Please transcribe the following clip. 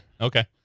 Okay